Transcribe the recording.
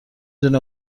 دونه